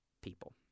people